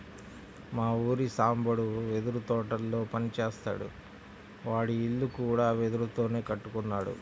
మా ఊరి సాంబడు వెదురు తోటల్లో పని జేత్తాడు, వాడి ఇల్లు కూడా వెదురుతోనే కట్టుకున్నాడు